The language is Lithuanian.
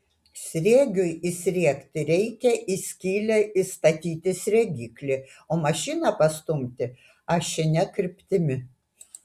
sriegiui įsriegti reikia į skylę įstatyti sriegiklį o mašiną pastumti ašine kryptimi